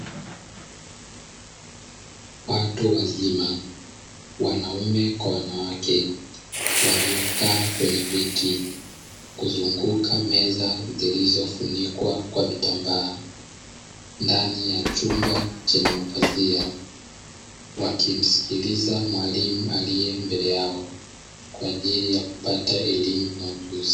Watu wazima wanaume kwa wanawake, waliokaa kwenye viti kuzunguka meza zilizofunikwa kwa vitambaa, ndani ya chumba chenye mapazia wakimsikiliza mwalimu aliye mbele yao, kwajili ya kupata elimu na ujuzi.